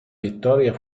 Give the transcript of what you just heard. vittoria